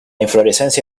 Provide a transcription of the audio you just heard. inflorescencia